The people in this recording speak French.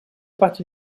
parti